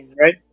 right